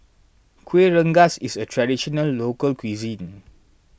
Kueh Rengas is a Traditional Local Cuisine